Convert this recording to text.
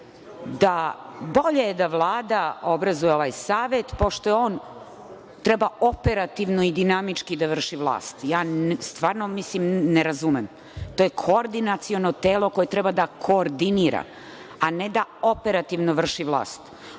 – bolje je da Vlada obrazuje ovaj savet, pošto on treba operativno i dinamički da vrši vlast. Ja stvarno ne razumem. To je koordinaciono telo koje treba da koordinira, a ne da operativno vrši vlast.